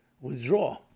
withdraw